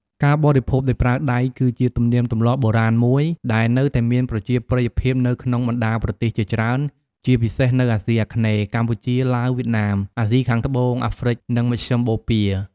ការបរិភោគដោយប្រើដៃគឺជាទំនៀមទម្លាប់បុរាណមួយ ដែលនៅតែមានប្រជាប្រិយភាពនៅក្នុងបណ្តាប្រទេសជាច្រើន ជាពិសេសនៅ អាស៊ីអាគ្នេយ៍ (កម្ពុជា ឡាវ វៀតណាម...) អាស៊ីខាងត្បូង អាហ្រ្វិក និងមជ្ឈិមបូព៌ា។